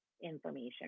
information